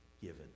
given